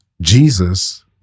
Jesus